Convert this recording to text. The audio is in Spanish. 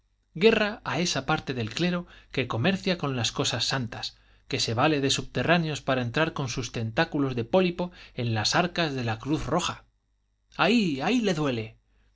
guerra a esa parte del clero que comercia con las cosas santas que se vale de subterráneos para entrar con sus tentáculos de pólipo en las arcas de la cruz roja ahí ahí le duele